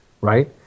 right